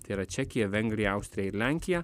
tai yra čekija vengrija austrija ir lenkija